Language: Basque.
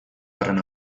horren